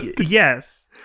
yes